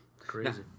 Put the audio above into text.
Crazy